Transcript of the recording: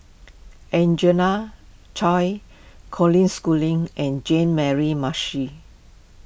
Angena Choy Colin Schooling and Jean Mary Marshall